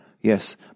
Yes